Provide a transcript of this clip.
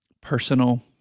personal